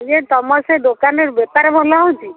ଯେ ତମ ସେ ଦୋକାନରେ ବେପାର ଭଲ ହେଉଛି